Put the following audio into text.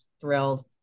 thrilled